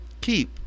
Keep